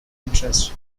interest